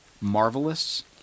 Marvelous